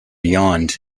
yawned